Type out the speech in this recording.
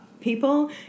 people